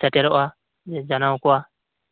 ᱥᱮᱴᱮᱨᱚᱜᱼᱟ ᱡᱟᱱᱟᱣ ᱠᱚᱣᱟ